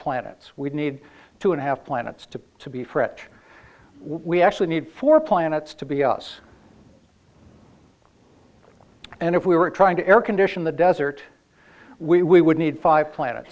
planets we need two and a half planets to to be french we actually need four planets to be us and if we were trying to air condition the desert we would need five planet